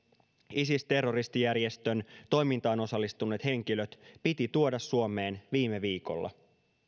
isis terroristijärjestön toimintaan osallistuneet henkilöt piti tuoda suomeen viime viikolla